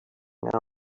else